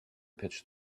pitch